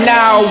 Now